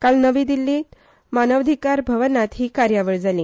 काल नवी दिल्ली मानवअधिकार भवनात ही कार्यावळ जाली